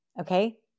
okay